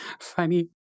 Funny